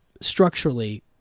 structurally